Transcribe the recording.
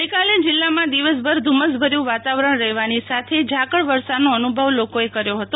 ગઈકાલે જિલ્લામાં દિવસભર ધુમ્મસભર્યુ વાતાવરણ રહેવાની સાથે ઝકાળવર્ષાનો અનુભવ લોકોએ કર્યો હતો